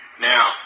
Now